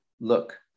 look